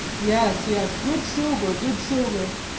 yes, yes good silver, good silver.